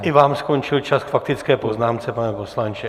I vám skončil čas k faktické poznámce, pane poslanče.